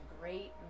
great